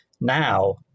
now